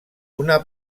una